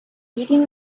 eating